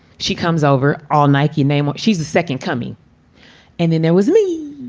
she comes over all nike names. she's the second coming and then there was me.